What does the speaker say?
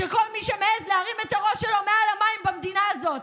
של כל מי שמעז להרים את הראש שלו מעל המים במדינה הזאת.